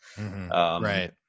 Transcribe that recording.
Right